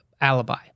alibi